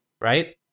right